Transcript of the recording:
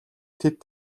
тэд